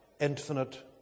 infinite